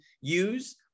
use